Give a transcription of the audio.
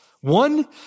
One